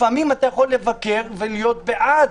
לפעמים אתה יכול לבקר ולהיות בעד.